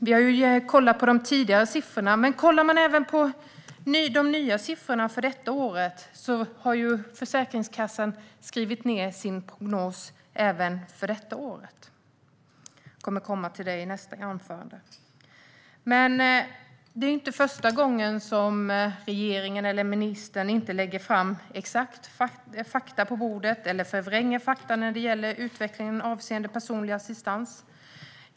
Vi har kollat på de tidigare siffrorna, men om man även tittar på de nya siffrorna för i år ser man att Försäkringskassan har skrivit ned sin prognos även för detta år. Jag kommer till det i mitt nästa inlägg. Det är inte första gången regeringen eller ministern inte lägger exakta fakta på bordet eller förvränger fakta när det gäller utvecklingen avseende personlig assistans.